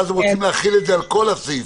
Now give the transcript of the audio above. ואז רוצים להחיל את זה על כל הסעיפים